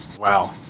Wow